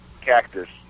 Cactus